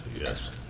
Yes